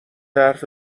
حرف